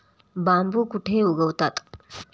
बांबू कुठे उगवतात?